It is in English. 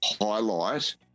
highlight